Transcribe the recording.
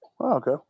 Okay